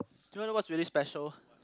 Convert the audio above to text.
do you want to know what's really special